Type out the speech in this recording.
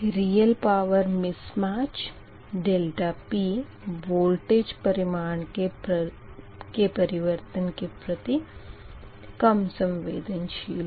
real power mismatch ∆P voltage परिमाण के परिवर्तन के प्रति कम संवेदनशील है